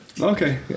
okay